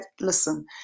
listen